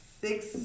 six